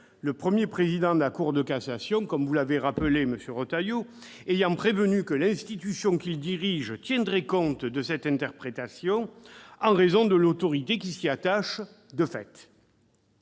le premier président de la Cour de cassation, comme vous l'avez rappelé, monsieur Retailleau, ayant prévenu que l'institution qu'il dirigeait tiendrait compte de cette interprétation en raison de l'autorité qui s'y attachait de fait.